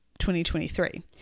2023